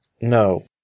No